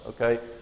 Okay